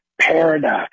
paradox